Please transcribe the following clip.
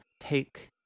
take